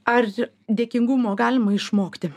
ar dėkingumo galima išmokti